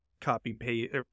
copy-paste